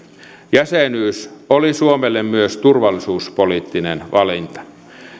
jäsenyys oli suomelle myös turvallisuuspoliittinen valinta